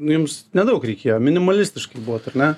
jums nedaug reikėjo minimalistiškai buvot ar ne